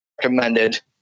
recommended